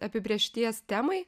apibrėžties temai